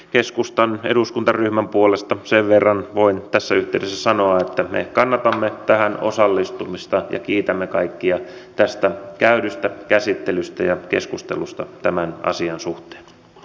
keskustan eduskuntaryhmän puolesta sen verran voin tässä yhteydessä sanoa että me kannatamme tähän osallistumista ja kiitämme kaikkia tästä käydystä käsittelystä ja keskustelusta tämän asian suhteen